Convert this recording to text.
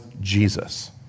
Jesus